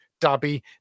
Dhabi